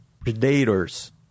predators